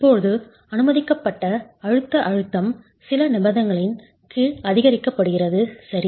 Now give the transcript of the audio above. இப்போது அனுமதிக்கப்பட்ட அழுத்த அழுத்தம் சில நிபந்தனைகளின் கீழ் அதிகரிக்கப்படுகிறது சரி